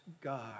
God